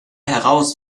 heraus